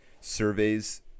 surveys